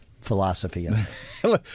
philosophy